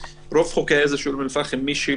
הוא מאגד את רוב חוקי העזר של אום אל פאחם משילוט,